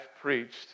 preached